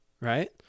right